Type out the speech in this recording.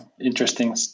interesting